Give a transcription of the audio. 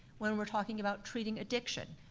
when we're talking about treating addiction,